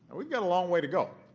we've got a long way to go.